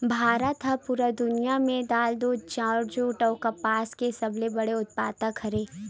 भारत हा पूरा दुनिया में दाल, दूध, चाउर, जुट अउ कपास के सबसे बड़े उत्पादक हरे